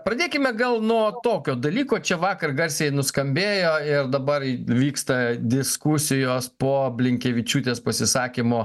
pradėkime gal nuo tokio dalyko čia vakar garsiai nuskambėjo ir dabar vyksta diskusijos po blinkevičiūtės pasisakymo